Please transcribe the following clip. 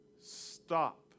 stop